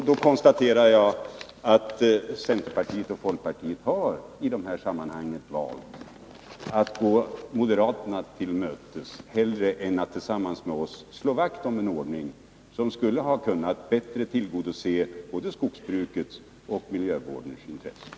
Då konstaterar jag att centerpartiet och folkpartiet i dessa sammanhang har valt att gå moderaterna till mötes hellre än att tillsammans med oss slå vakt om den ordning som bättre skulle ha kunnat tillgodose både skogsbrukets och miljövårdens intressen.